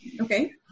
Okay